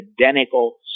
identical